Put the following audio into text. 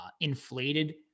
inflated